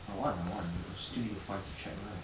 I want I want still need to find check right